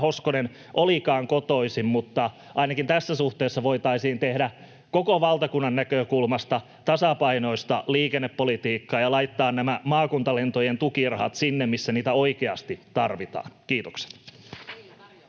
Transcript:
Hoskonen olikaan kotoisin. Mutta ainakin tässä suhteessa voitaisiin tehdä koko valtakunnan näkökulmasta tasapainoista liikennepolitiikkaa ja laittaa nämä maakuntalentojen tukirahat sinne, missä niitä oikeasti tarvitaan. — Kiitokset.